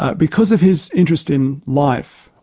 ah because of his interest in life,